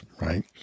right